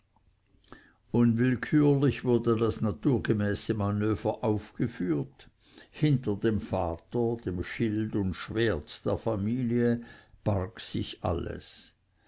unwillkürlich wurde das naturgemäße manöver ausgeführt hinter dem vater dem schild und schwert der familie barg sich alles